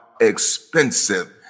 expensive